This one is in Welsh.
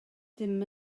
ddim